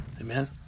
Amen